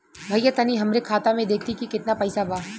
भईया तनि हमरे खाता में देखती की कितना पइसा बा?